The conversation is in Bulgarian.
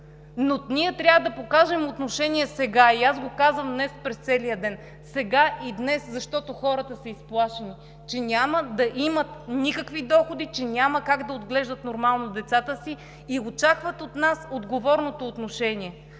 Но трябва да покажем отношение сега и аз го казвам днес през целия ден – сега и днес, защото хората са изплашени, че няма да имат никакви доходи, че няма как да отглеждат нормално децата си, и очакват от нас отговорното отношение.